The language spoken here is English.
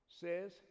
says